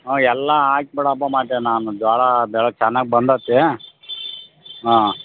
ಹಾಂ ಎಲ್ಲ ಹಾಕ್ ಬಿಡಪ್ಪ ಮತ್ತೆ ನಾನು ಜೋಳ ಬೆಳೆ ಚೆನ್ನಾಗಿ ಬಂದದೆ ಹಾಂ